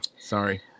sorry